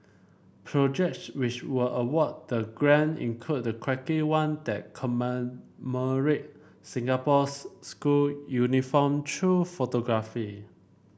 projects which were awarded the grant include a quirky one that commemorate Singapore's school uniform through photography